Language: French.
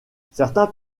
certains